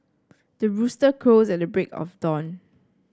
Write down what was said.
the rooster crows at the break of dawn